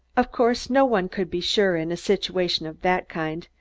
of course, no one could be sure in a situation of that kind,